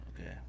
Okay